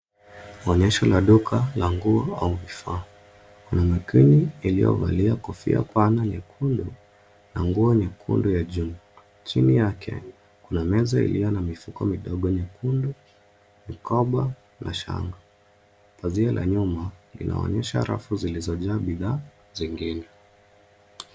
Onyesho la duka la nguo au vifaa. Kuna mannequin iliyovalia kofia pana nyekundu na nguo nyekundu ya juu. Chini yake, kuna meza iliyo na mifuko midogo nyekundu, mikoba na shanga. Pazio la nyuma linaonyesha rafu zilizojaa bidhaa zingine.